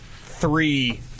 three